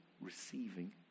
receiving